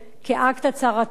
כאקט הצהרתי,